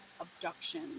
abduction